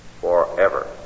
forever